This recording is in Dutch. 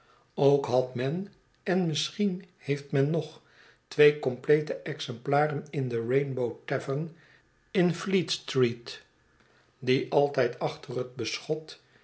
ook had men en misschien heeft men nog twee complete exemplaren in de rainbow tavern in fleet-street die altijd achter het beschot